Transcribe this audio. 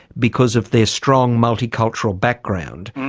because of their strong multicultural background.